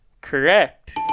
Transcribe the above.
correct